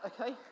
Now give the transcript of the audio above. Okay